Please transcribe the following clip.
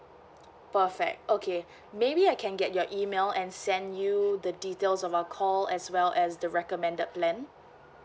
perfect okay maybe I can get your email and send you the details of our call as well as the recommended plan